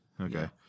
Okay